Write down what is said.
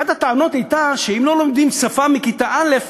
אחת הטענות הייתה שאם לא לומדים שפה מכיתה א'